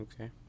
Okay